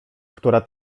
która